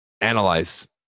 analyze